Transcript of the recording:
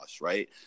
Right